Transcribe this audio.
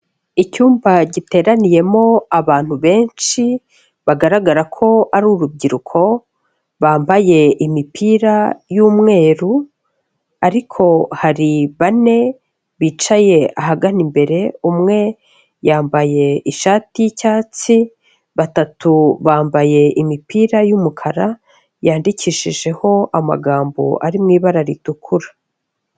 Icyumba giteraniyemo abantu benshi, bagaragara ko ari urubyiruko bambaye imipira y'umweru, ariko hari bane bicaye ahagana imbere, umwe yambaye ishati y'icyatsi, batatu bambaye imipira y'umukara yandikishijeho amagambo ari mu ibara ritukura.